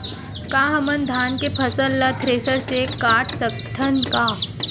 का हमन धान के फसल ला थ्रेसर से काट सकथन का?